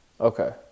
Okay